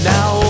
Now